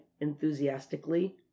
enthusiastically